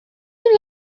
you